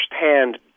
firsthand